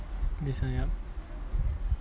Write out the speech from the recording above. this one yup